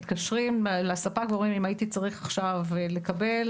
מתקשרים לספק ואומרים אם הייתי צריך עכשיו לקבל,